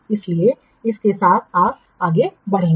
इसलिए इसके साथ आप आगे बढ़ेंगे